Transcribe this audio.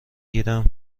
گیرم